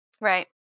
Right